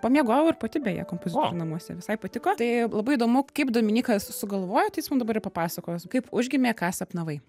pamiegojau ir pati beje kompozitorių namuose visai patiko tai labai įdomu kaip dominykas sugalvojo tai jis mum dabar ir papasakos kaip užgimė ką sapnavai